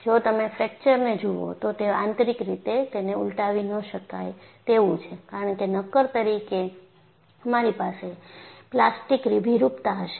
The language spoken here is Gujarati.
જો તમે ફ્રેકચરને જુઓ તો તે આંતરિક રીતે તેને ઉલટાવી ન શકાય તેવું છે કારણ કે નક્કર તરીકે તમારી પાસે પ્લાસ્ટિક વિરૂપતા હશે